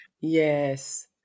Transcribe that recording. yes